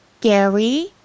Gary